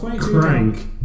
Crank